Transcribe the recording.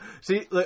See